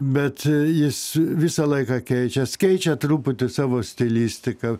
bet jis visą laiką keičias keičia truputį savo stilistiką